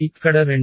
ఇక్కడ రెండు